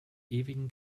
ewigen